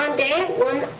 um day one,